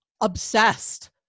obsessed